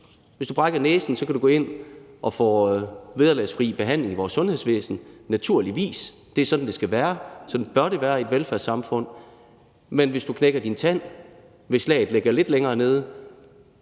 Hvis du brækker næsen, kan du gå ind og få vederlagsfri behandling i vores sundhedsvæsen. Naturligvis, det er sådan, det skal være. Sådan bør det være i et velfærdssamfund. Men hvis slaget ligger lidt længere nede